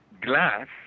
glass